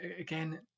again